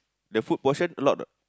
the food portion a lot or